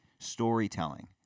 Storytelling